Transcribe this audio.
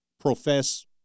Profess